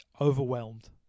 overwhelmed